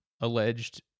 alleged